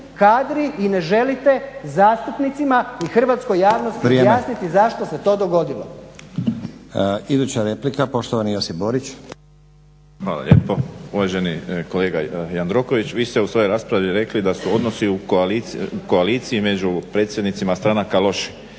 kadri i ne želite zastupnicima i hrvatskoj javnosti objasniti zašto se to dogodilo.